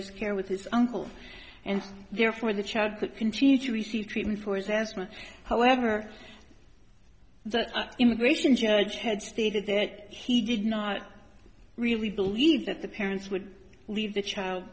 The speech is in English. his care with his uncle and therefore the child could continue to receive treatment for his asthma however the immigration judge had stated that he did not really believe that the parents would leave the child